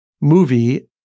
movie